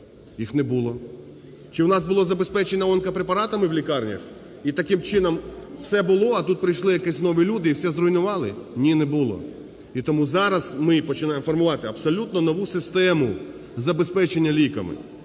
Їх не було. Чи у нас було забезпечення онкопрепаратами у лікарнях? І таким чином, все було, а тут прийшли якісь нові люди і все зруйнували. Ні, не було. І тому зараз ми починаємо формувати абсолютно нову систему забезпечення ліками.